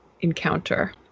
encounter